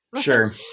Sure